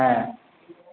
হ্যাঁ